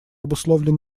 обусловлен